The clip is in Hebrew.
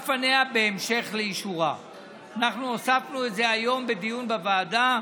אנחנו הוספנו את זה היום בדיון בוועדה: